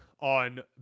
on